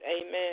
Amen